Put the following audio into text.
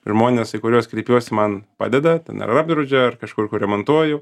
žmonės į kuriuos kreipiuosi man padeda ten ar apdraudžia ar kažkur kur remontuoju